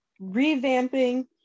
revamping